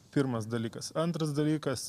pirmas dalykas antras dalykas